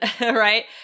right